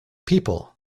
people